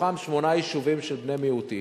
מתוכם שמונה יישובים של בני מיעוטים,